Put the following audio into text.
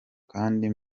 kandi